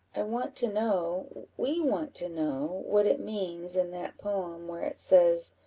i want to know we want to know what it means in that poem, where it says,